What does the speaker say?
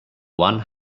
one